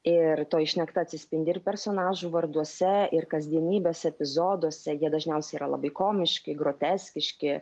ir toji šnekta atsispindi ir personažų varduose ir kasdienybės epizoduose jie dažniausiai yra labai komiški groteskiški